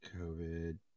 COVID